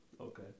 Okay